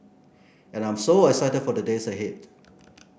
and I'm so excited for the days ahead